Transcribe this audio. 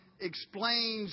explains